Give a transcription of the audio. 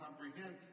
comprehend